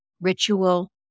ritual